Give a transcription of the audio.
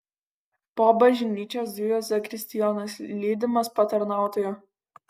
po bažnyčią zujo zakristijonas lydimas patarnautojo